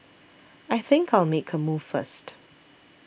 I think I'll make a move first